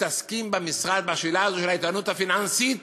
מתעסקים במשרד בשאלה של האיתנות הפיננסית